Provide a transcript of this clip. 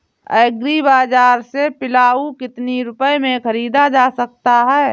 Agree बाजार से पिलाऊ कितनी रुपये में ख़रीदा जा सकता है?